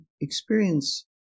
experience